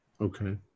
Okay